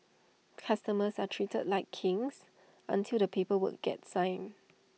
customers are treated like kings until the paper work gets signed